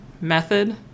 method